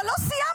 אבל לא סיימנו,